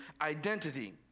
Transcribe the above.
identity